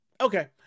okay